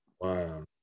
Wow